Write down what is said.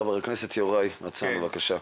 ח"כ יוראי הרצנו בבקשה.